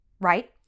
Right